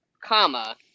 comma